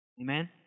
Amen